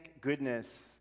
goodness